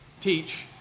teach